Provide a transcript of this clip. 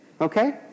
Okay